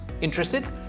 Interested